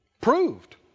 Proved